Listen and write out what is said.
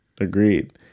Agreed